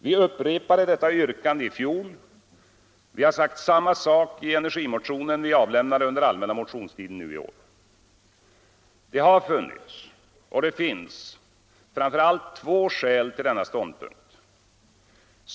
Vi upprepade detta yrkande i fjol, och vi har sagt samma sak i den energimotion vi avlämnade under den allmänna motionstiden i år. Det har funnits och finns framför allt två skäl till denna ståndpunkt.